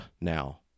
now